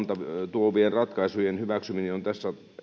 tuovien ratkaisujen hyväksyminen eduskunnassa